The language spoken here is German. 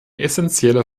essentielle